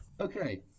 Okay